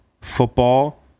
Football